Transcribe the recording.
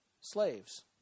slaves